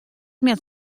net